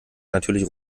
natürlich